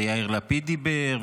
ויאיר לפיד דיבר,